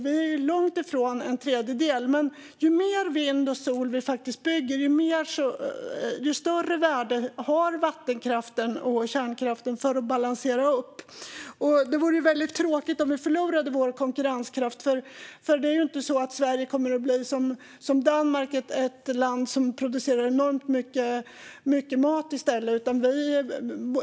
Det är långt ifrån en tredjedel, men ju mer vind och solkraft vi bygger, desto större värde har vattenkraften och kärnkraften för att balansera. Det vore tråkigt om Sverige förlorade sin konkurrenskraft. Det är inte så att Sverige kommer att bli som Danmark, det vill säga ett land som producerar enormt mycket mat i stället.